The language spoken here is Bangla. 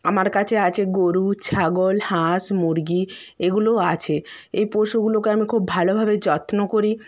আমার কাছে আছে গরু ছাগল হাঁস মুরগি এগুলোও আছে এই পশুগুলোকে আমি খুব ভালোভাবে যত্ন করি